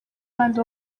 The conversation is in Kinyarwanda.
bandi